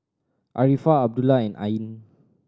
Arifa Abdullah and Ain